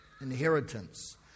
inheritance